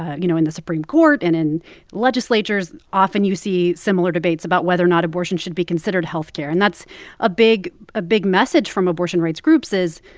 you know, in the supreme court and in legislatures, often, you see similar debates about whether or not abortion should be considered health care. care. and that's a big ah big message from abortion rights groups is,